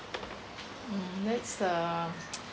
hmm that's a